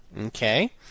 Okay